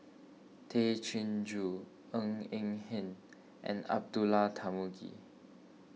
Tay Chin Joo Ng Eng Hen and Abdullah Tarmugi